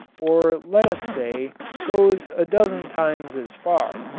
or let us say, goes a dozen times as far,